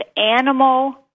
animal